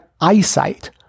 eyesight